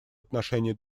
отношении